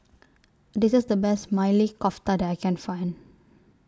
This IS The Best Maili Kofta that I Can Find